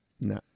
no